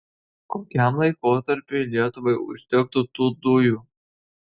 kokiam laikotarpiui lietuvai užtektų tų dujų